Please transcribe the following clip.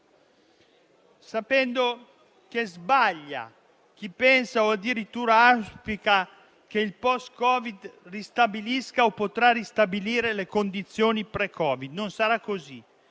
sapendo che sbaglia chi pensa o addirittura auspica che il post-Covid ristabilisca o possa ristabilire le condizioni pre-Covid. Non sarà così.